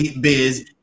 Biz